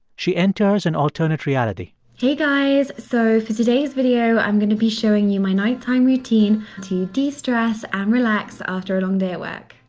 she enters an alternate reality hey, guys. so for today's video, i'm going to be showing you my nighttime routine to destress and relax after a long day at work.